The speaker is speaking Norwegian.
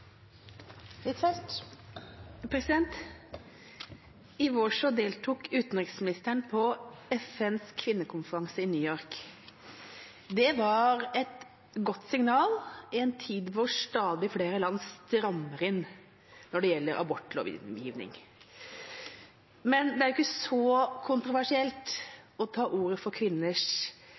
I vår deltok utenriksministeren på FNs kvinnekonferanse i New York. Det var et godt signal i en tid da stadig flere land strammer inn når det gjelder abortlovgivning. Men det er ikke så kontroversielt å ta ordet for kvinners